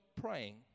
praying